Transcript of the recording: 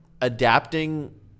adapting